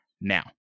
now